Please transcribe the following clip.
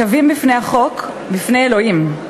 שווים בפני החוק, בפני אלוהים.